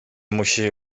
musi